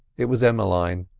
it was emmeline.